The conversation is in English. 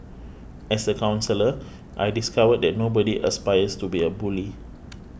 as a counsellor I discovered that nobody aspires to be a bully